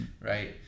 right